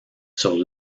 sur